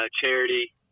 charity